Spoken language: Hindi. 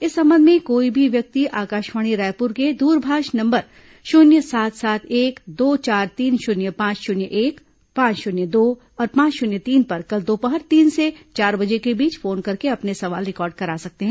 इस संबंध में कोई भी व्यक्ति आकाशवाणी रायपुर के दूरभाष नंबर शून्य सात सात एक दो चार तीन शून्य पांच शून्य एक पांच शून्य दो और पांच शून्य तीन पर कल दोपहर तीन से चार बजे के बीच फोन करके अपने सवाल रिकॉर्ड करा सकते हैं